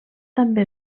també